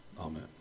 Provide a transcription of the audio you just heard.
Amen